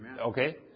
Okay